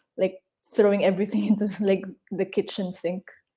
like throwing everything into like the kitchen sink.